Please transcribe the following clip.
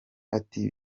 ati